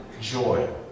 joy